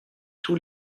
tous